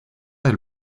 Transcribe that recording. del